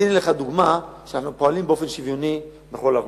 אז הנה לך דוגמה שאנחנו פועלים באופן שוויוני לגבי כל האוכלוסייה.